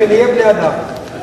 שנהיה בני-אדם.